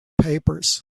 papers